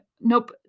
nope